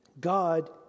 God